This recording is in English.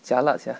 jialat sia